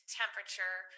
temperature